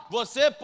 você